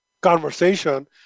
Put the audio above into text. conversation